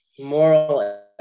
moral